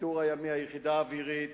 השיטור הימי, היחידה האווירית,